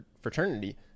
fraternity